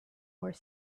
were